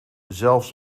zelfs